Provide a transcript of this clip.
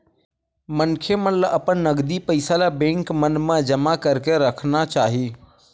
मनखे मन ल अपन नगदी पइया ल बेंक मन म जमा करके राखना चाही